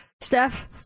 Steph